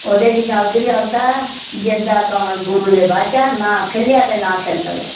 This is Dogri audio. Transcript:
ओह्दे च शब्द बी आंदा दिल दा कमल गुरू दे बाजां ना खिलेआ ते ना खिल सकदा